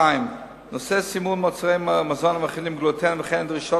נושא סימון מוצרי מזון המכילים גלוטן וכן הדרישות